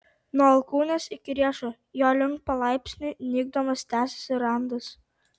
nuo alkūnės iki riešo jo link palaipsniui nykdamas tęsėsi randas